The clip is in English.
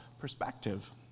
perspective